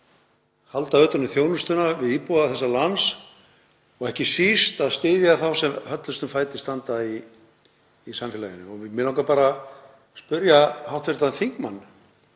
halda utan um þjónustuna við íbúa þessa lands og ekki síst að styðja þá sem höllustum fæti standa í samfélaginu. Mig langar bara spyrja hv. þingmann,